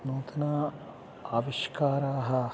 नूतन आविष्काराः